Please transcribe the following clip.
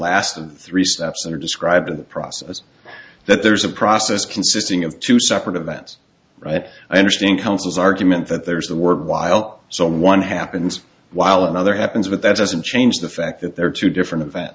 last of three steps that are described in the process that there's a process consisting of two separate events right i understand counsels argument that there's the word while someone happens while another happens but that doesn't change the fact that there are two different events